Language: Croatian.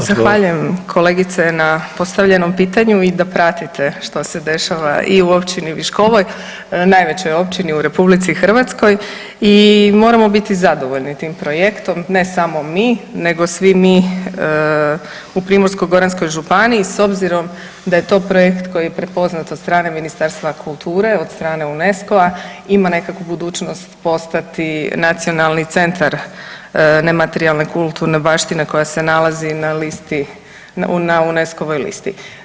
Evo zahvaljujem kolegice na postavljenom pitanju i vidim da pratite što se dešava i u općini Viškovo, najvećoj općini u RH i moramo biti zadovoljni tim projektom, ne samo mi nego svi mi u Primorsko-goranskoj županiji s obzirom da je to projekt koji je prepoznat od strane Ministarstva kulture, od strane UNESCO-a, ima nekakvu budućnost postati nacionalni centar nematerijalne kulturne baštine koja se nalazi na listi, na UNESCO-ovoj listi.